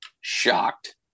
shocked